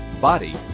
body